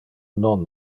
non